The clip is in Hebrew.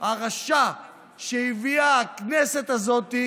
הרשע שהביאה הכנסת הזאת,